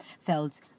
felt